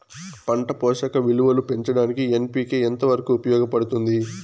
పంట పోషక విలువలు పెంచడానికి ఎన్.పి.కె ఎంత వరకు ఉపయోగపడుతుంది